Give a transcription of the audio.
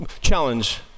challenge